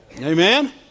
Amen